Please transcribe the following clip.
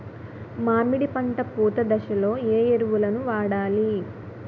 మామిడి పంట పూత దశలో ఏ ఎరువులను వాడాలి?